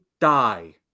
die